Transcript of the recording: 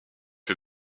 fut